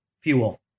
fuel